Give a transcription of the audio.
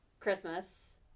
Christmas